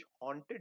haunted